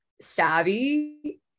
savvy